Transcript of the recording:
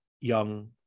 young